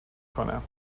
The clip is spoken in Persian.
کنم